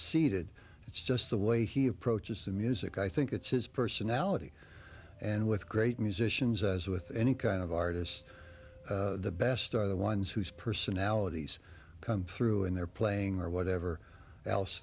seeded it's just the way he approaches the music i think it's his personality and with great musicians as with any kind of artist the best are the ones whose personalities come through in their playing or whatever else